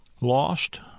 lost